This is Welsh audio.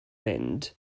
mynd